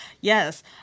Yes